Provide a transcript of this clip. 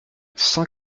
cent